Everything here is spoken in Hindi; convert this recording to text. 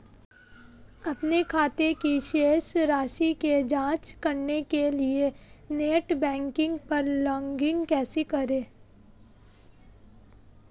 अपने खाते की शेष राशि की जांच करने के लिए नेट बैंकिंग पर लॉगइन कैसे करें?